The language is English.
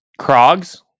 Krogs